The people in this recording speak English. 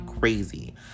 crazy